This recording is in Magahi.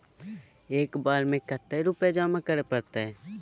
एक बार में कते रुपया जमा करे परते?